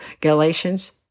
Galatians